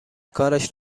کارش